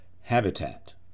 habitat